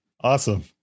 Awesome